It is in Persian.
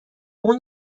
اون